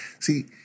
See